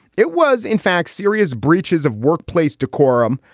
it was, in fact, serious breaches of workplace decorum,